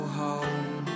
home